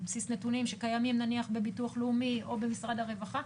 על בסיס נתונים שקיימים נניח בביטוח לאומי או במשרד הרווחה,